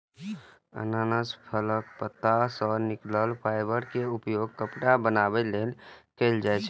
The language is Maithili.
अनानास फलक पात सं निकलल फाइबर के उपयोग कपड़ा बनाबै लेल कैल जाइ छै